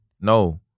No